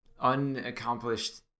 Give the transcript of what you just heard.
unaccomplished